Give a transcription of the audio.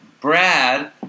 Brad –